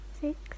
six